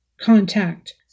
contact